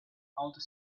outer